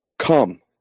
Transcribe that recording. Come